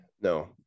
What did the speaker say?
No